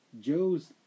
Joe's